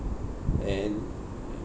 and